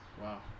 Wow